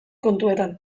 kontuetan